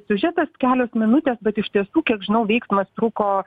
siužetas kelios minutės bet iš tiesų kiek žinau veiksmas truko